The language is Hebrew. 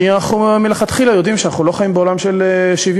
כי מלכתחילה אנחנו יודעים שאנחנו לא חיים בעולם של שוויון.